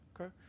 okay